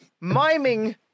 miming